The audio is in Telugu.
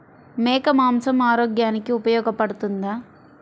మేక మాంసం ఆరోగ్యానికి ఉపయోగపడుతుందా?